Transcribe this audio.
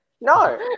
No